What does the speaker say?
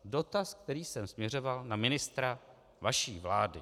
Dotaz, který jsem směřoval na ministra vaší vlády.